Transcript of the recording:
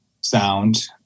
sound